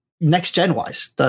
next-gen-wise